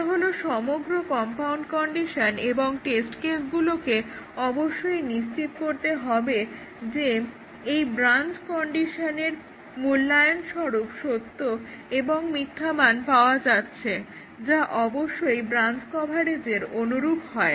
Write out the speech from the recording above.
এটা হলো সমগ্র কম্পাউন্ড কন্ডিশন এবং টেস্ট কেসগুলোকে অবশ্যই নিশ্চিত করতে হবে যে এই ব্রাঞ্চ কন্ডিশনের মূল্যায়নস্বরূপ সত্য এবং মিথ্যা মান পাওয়া যাচ্ছে যা অবশ্যই ব্রাঞ্চ কভারেজের অনুরূপ হয়